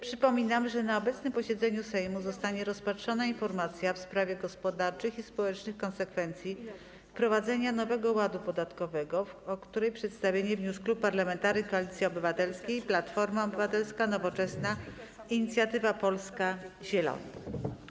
Przypominam, że na obecnym posiedzeniu Sejmu zostanie rozpatrzona informacja w sprawie gospodarczych i społecznych konsekwencji wprowadzenia nowego ładu podatkowego, o której przedstawienie wniósł Klub Parlamentarny Koalicja Obywatelska - Platforma Obywatelska, Nowoczesna, Inicjatywa Polska, Zieloni.